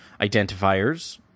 identifiers